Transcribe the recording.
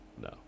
No